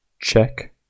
check